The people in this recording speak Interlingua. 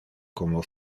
como